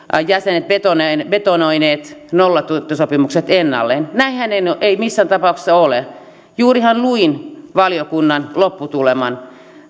jäsenet betonoineet betonoineet nollatuntisopimukset ennalleen näinhän ei missään tapauksessa ole juurihan luin valiokunnan lopputuleman